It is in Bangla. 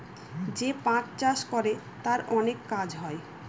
যে পাট চাষ করে তার অনেক কাজ হয়